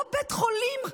לא בית חולים,